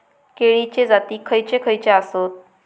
केळीचे जाती खयचे खयचे आसत?